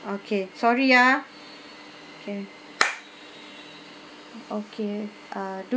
okay sorry ah okay okay uh do